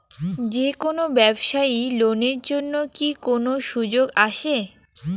যে কোনো ব্যবসায়ী লোন এর জন্যে কি কোনো সুযোগ আসে?